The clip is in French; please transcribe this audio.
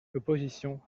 l’opposition